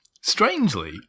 Strangely